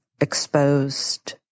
exposed